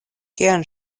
kian